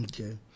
Okay